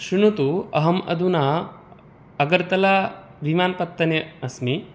श्रृणोतु अहम् अधुना अगर्तलाविमानपत्तने अस्मि